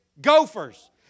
Gophers